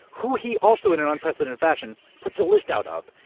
who he also in an unprecedented fashion puts a list out of,